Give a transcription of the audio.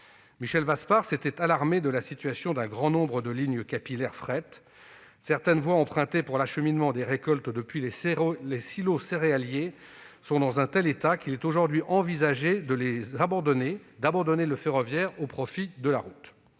Michel Vaspart s'était alarmé de la situation d'un grand nombre de lignes capillaires fret : certaines voies empruntées pour l'acheminement des récoltes depuis les silos céréaliers sont dans un tel état qu'il est aujourd'hui envisagé d'abandonner le rail au profit de la route.